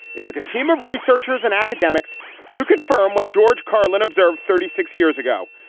it took a team of researchers and academics to confirm what george carlin observed thirty six years ago.